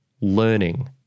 learning